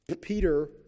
Peter